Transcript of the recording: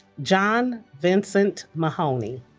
john vincent mahoney